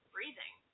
Breathing